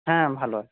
হ্যাঁ ভালো আছি